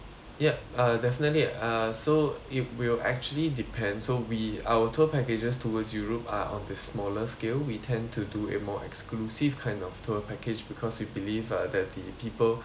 yup uh definitely uh so it will actually depend so we our tour packages towards europe are on the smaller scale we tend to do a more exclusive kind of tour package because we believe uh that the people